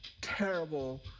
terrible